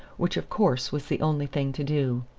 which, of course, was the only thing to do.